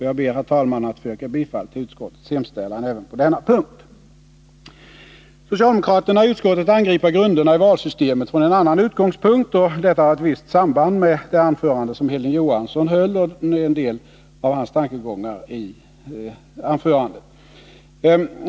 Jag ber, herr talman, att få yrka bifall till utskottets hemställan även på denna punkt. Socialdemokraterna i utskottet angriper grunderna i valsystemet från en annan utgångspunkt, och detta har ett visst samband med en del av de tankegångar som Hilding Johansson hade i sitt anförande.